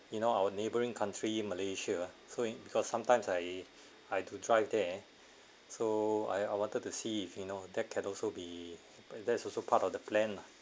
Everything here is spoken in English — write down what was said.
you know our neighbouring country malaysia so in because sometimes I I do drive there so I I wanted to see if you know that can also be that is also part of the plan lah